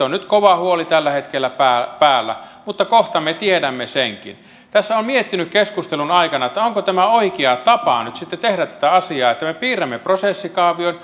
on nyt kova huoli tällä hetkellä päällä päällä mutta kohta me tiedämme senkin tässä olen miettinyt keskustelun aikana onko tämä oikea tapa nyt sitten tehdä tätä asiaa että me piirrämme prosessikaavion